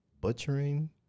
butchering